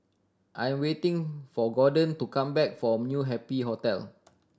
I am waiting for Gorden to come back from New Happy Hotel